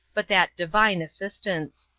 but that divine assistance.